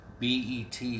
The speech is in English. BET